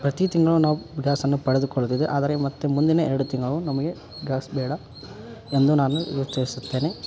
ಪ್ರತಿ ತಿಂಗಳು ನಾವು ಗ್ಯಾಸನ್ನು ಪಡೆದುಕೊಳ್ಳದಿದ್ರೆ ಆದರೆ ಮತ್ತೆ ಮುಂದಿನ ಎರಡು ತಿಂಗಳು ನಮಗೆ ಗ್ಯಾಸ್ ಬೇಡ ಎಂದು ನಾನು ಯೋಚಿಸುತ್ತೇನೆ